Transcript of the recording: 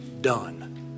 done